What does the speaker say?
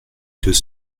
deux